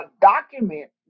document